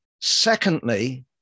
Secondly